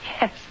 Yes